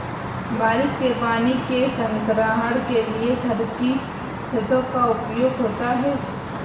बारिश के पानी के संग्रहण के लिए घर की छतों का उपयोग होता है